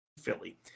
Philly